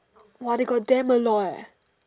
!wah! they got damn a lot eh